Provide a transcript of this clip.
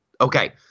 Okay